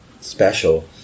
special